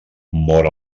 mor